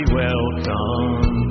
welcome